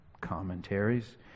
commentaries